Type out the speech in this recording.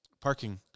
parking